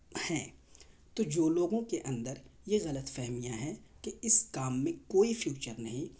ہیں تو جو لوگوں کے اندر یہ غلط فہمیاں ہیں کہ اس کام میں کوئی فیوچر نہیں